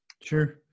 Sure